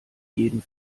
jeden